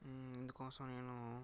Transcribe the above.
ఇందుకోసం నేను